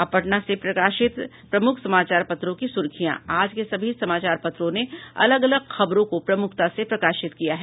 अब पटना से प्रकाशित प्रमुख समाचार पत्रों की सुर्खियां आज के सभी समाचार पत्रों ने अलग अलग खबरों को प्रमुखता से प्रकाशित किया है